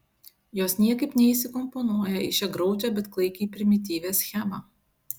jos niekaip neįsikomponuoja į šią graudžią bet klaikiai primityvią schemą